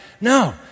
No